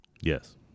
yes